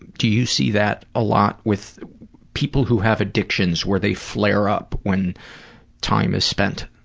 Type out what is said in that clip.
do you see that a lot with people who have addictions where they flare up when time is spent?